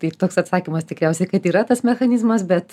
tai toks atsakymas tikriausiai kad yra tas mechanizmas bet